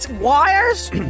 wires